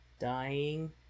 dying